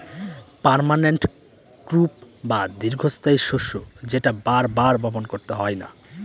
permanent crop বা দীর্ঘস্থায়ী শস্য যেটা বার বার বপন করতে হয় না